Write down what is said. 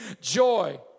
joy